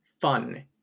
fun